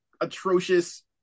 atrocious